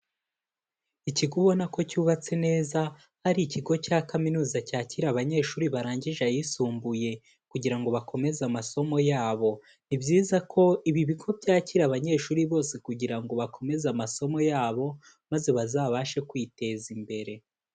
Ikigo ubona ko cyubatse neza, ari ikigo cya kaminuza cyakira abanyeshuri barangije ayisumbuye. Kugira ngo bakomeze amasomo yabo. Ni byiza ko ibi bigo byakira abanyeshuri bose kugira ngo bakomeze amasomo yabo, maze bazabashe kwiteza imbere.